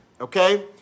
okay